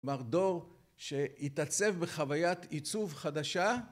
כלומר דור שהתעצב בחוויית עיצוב חדשה